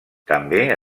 també